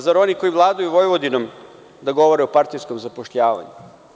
Zar oni koji vladaju Vojvodinom da govore o partijskom zapošljavanju?